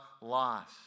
loss